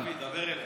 דוד, דבר אליי.